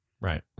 Right